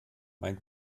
mein